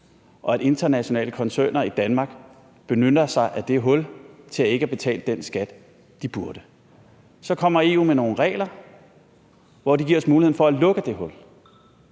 og at internationale koncerner i Danmark benytter sig af det hul til ikke at betale den skat, de burde. Så kommer EU med nogle regler, hvor de giver os muligheden for at lukke det hul,